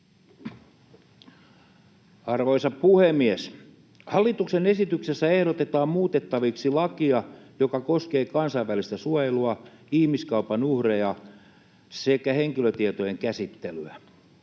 Arvoisa puhemies! Hallituksen esityksessä ehdotetaan muutettavaksi lakia, joka koskee kansainvälistä suojelua, ihmiskaupan uhreja sekä henkilötietojen käsittelyä.